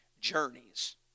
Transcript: journeys